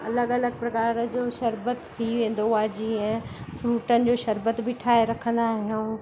अलॻि अलॻि प्रकार जो शरबत थी वेंदो आहे जीअं फ़्रूटनि जो शरबत बि ठाहे रखंदा आहियूं